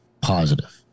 positive